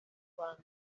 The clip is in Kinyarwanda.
rwanda